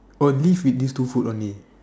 oh this with these two food only